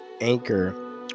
Anchor